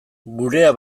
gurea